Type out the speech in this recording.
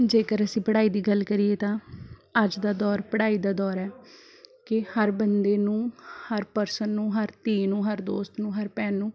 ਜੇਕਰ ਅਸੀਂ ਪੜ੍ਹਾਈ ਦੀ ਗੱਲ ਕਰੀਏ ਤਾਂ ਅੱਜ ਦਾ ਦੌਰ ਪੜ੍ਹਾਈ ਦਾ ਦੌਰ ਹੈ ਕਿ ਹਰ ਬੰਦੇ ਨੂੰ ਹਰ ਪਰਸਨ ਨੂੰ ਹਰ ਧੀ ਨੂੰ ਹਰ ਦੋਸਤ ਨੂੰ ਹਰ ਭੈਣ ਨੂੰ